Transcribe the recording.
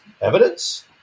evidence